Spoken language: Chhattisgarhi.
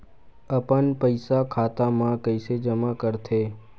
अपन पईसा खाता मा कइसे जमा कर थे?